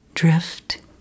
Drift